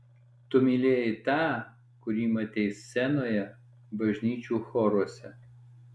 tu mylėjai tą kurį matei scenoje bažnyčių choruose